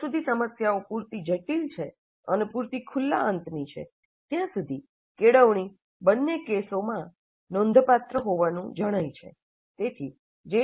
જ્યાં સુધી સમસ્યાઓ પૂરતી જટિલ છે અને પૂરતી ખુલ્લા અંતની છે ત્યાં સુધી કેળવણી બંને કેસોમાં નોંધપાત્ર હોવાનું જણાય છે